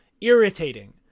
irritating